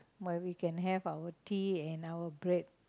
where we can have our tea and our break